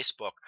Facebook